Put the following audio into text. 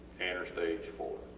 tanner stage four,